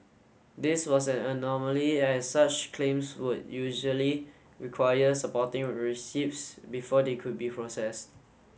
this was an anomaly as such claims would usually require supporting receipts before they could be processed